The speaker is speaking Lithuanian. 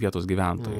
vietos gyventojai